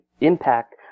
impact